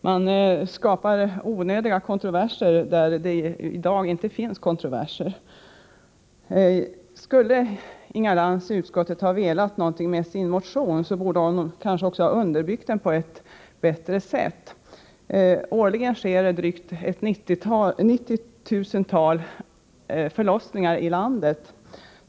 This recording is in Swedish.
Man skapar i onödan kontroverser, där det i dag inte finns kontroverser. Skulle Inga Lantz i utskottet ha velat någonting med sin motion, så borde hon kanske också ha underbyggt den på ett bättre sätt. Årligen sker drygt 90 000 förlossningar i landet.